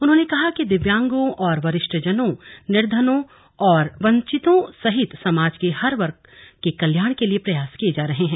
उन्होंने कहा कि दिव्यांगों वरिष्ठजनों निर्धनों और वंचितों सहित समाज के हर वर्ग के कल्याण के लिए प्रयास किए जा रहे हैं